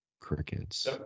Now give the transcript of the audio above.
Crickets